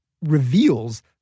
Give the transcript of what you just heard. reveals